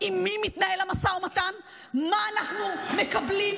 מה שאני אומרת כאן,